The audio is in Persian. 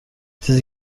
چیزی